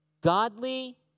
godly